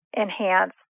enhance